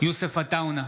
יוסף עטאונה,